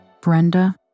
Brenda